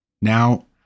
Now